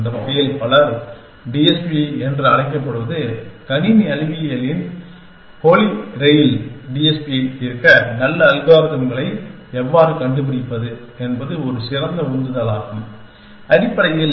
அந்த வகையில் பலர் டிஎஸ்பி என்று அழைக்கப்படுவது கணினி அறிவியலின் ஹோலி கிரெயில் டிஎஸ்பியை தீர்க்க நல்ல அல்காரிதம்களை எவ்வாறு கண்டுபிடிப்பது என்பது ஒரு சிறந்த உந்துதலாகும் அடிப்படையில்